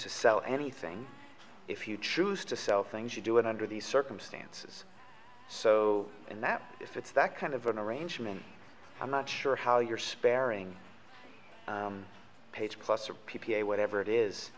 to sell anything if you choose to sell things you do it under these circumstances so in that if it's that kind of an arrangement i'm not sure how you're sparing page class or p p a whatever it is